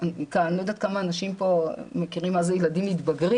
אני לא יודעת כמה אנשים כאן יודעים מה זה ילדים מתבגרים,